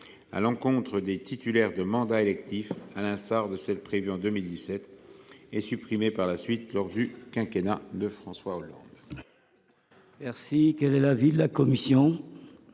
à l’encontre des titulaires d’un mandat électif, à l’instar de celles qui avaient été créées en 2007 et supprimées par la suite lors du quinquennat de François Hollande. Quel est l’avis de la commission ?